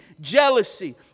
jealousy